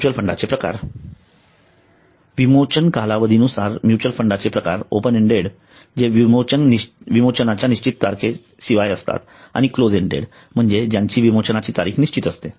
mutual फंडाचे प्रकार विमोचन कालावधी नुसार म्युच्युअल फंडाचे प्रकार ओपन एंडेड जे विमोचनाच्या निश्चित तारखे शिवाय असतात आणि क्लोज एंडेड म्हणजे ज्यांची विमोचनाची तारीख निश्चित असते